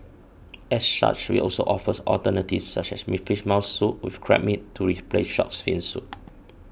as such we also offers alternatives such as me Fish Maw Soup with Crab Meat to replace Shark's Fin Soup